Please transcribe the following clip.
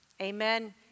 Amen